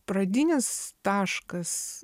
pradinis taškas